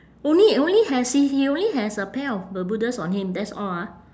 only only has he he only has a pair of bermudas on him that's all ah